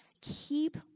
keep